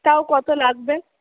তাও কত লাগবে